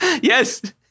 Yes